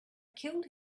killed